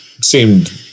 seemed